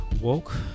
woke